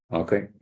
okay